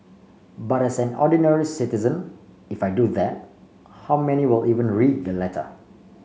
but as an ordinary citizen if I do that how many will even read the letter